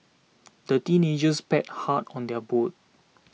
the teenagers paddled hard on their boat